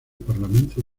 parlamento